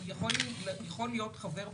יכול להיות חבר בוועדה,